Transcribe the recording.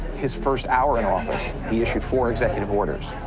his first hour in office, he issued four executive orders,